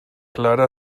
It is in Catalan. clara